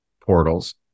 portals